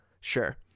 sure